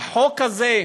החוק הזה,